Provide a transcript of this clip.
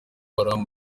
haram